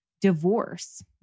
divorce